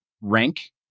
rank